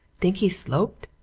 think he's sloped?